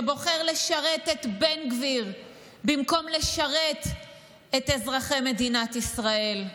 שבוחר לשרת את בן גביר במקום לשרת את אזרחי מדינת ישראל,